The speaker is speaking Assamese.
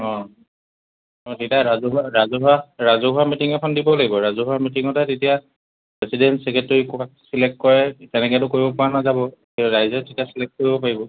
অঁ অঁ তেতিয়া ৰাজহুৱা ৰাজহুৱা ৰাজহুৱা মিটিং এখন দিবই লাগিব ৰাজহুৱা মিটিঙতে তেতিয়া প্ৰেচিডেণ্ট ছেক্ৰেটেৰী কাক চিলেক্ট কৰে তেনেকৈতো কৰিবপৰা নাযাব ৰাইজে তেতিয়া চিলেক্ট কৰিব পাৰিব